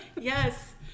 Yes